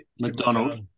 McDonald